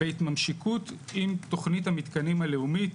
בהתממשקות עם תכנית המתקנים הלאומית